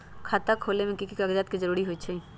खाता खोले में कि की कागज के जरूरी होई छइ?